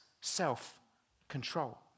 self-control